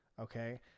Okay